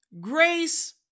grace